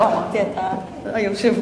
סליחה, אמרתי שאתה היושב-ראש.